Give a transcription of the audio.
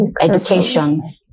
education